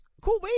Cool